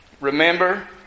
remember